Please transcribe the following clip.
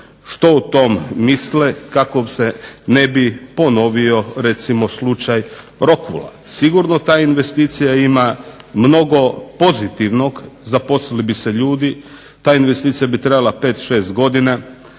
što o tom misle kako se ne bi ponovio recimo slučaj Rockwoola. Sigurno ta investicija ima mnogo pozitivnog, zaposlili bi se ljudi. Ta investicija bi trajala 5,6 godina,